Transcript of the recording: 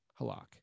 Halak